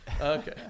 Okay